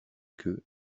queue